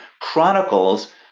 chronicles